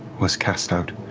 was cast out.